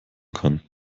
kann